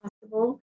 possible